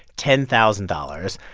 ten thousand dollars,